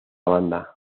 banda